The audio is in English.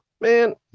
Man